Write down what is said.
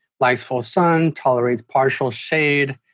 likes full sun, tolerates partial shade,